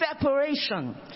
separation